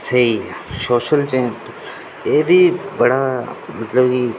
स्हेई सोशल च एह् बी बड़ा मतलव कि